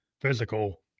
physical